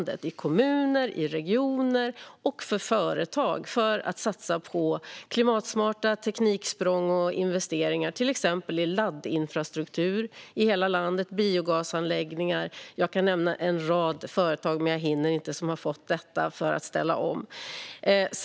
Det gäller såväl kommuner och regioner som företag, som då kan satsa på klimatsmarta tekniksprång och investeringar i exempelvis laddinfrastruktur i hela landet och biogasanläggningar. Jag skulle kunna nämna en rad företag som har fått detta för att ställa om, men det hinner jag inte.